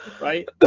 right